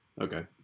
Okay